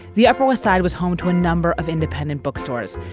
the upper west side was home to a number of independent bookstores,